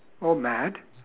or mad